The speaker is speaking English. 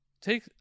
Take